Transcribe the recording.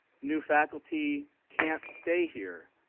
new faculty can't stay here.